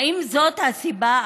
האם זאת הסיבה?